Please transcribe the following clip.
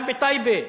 גם בטייבה,